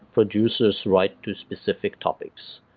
produces right to specific topics.